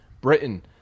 Britain